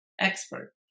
expert